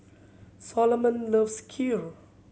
Solomon loves Kheer